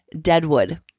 Deadwood